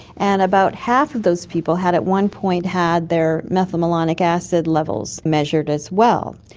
and about half of those people had at one point had their methylmalonic acid levels measured as well,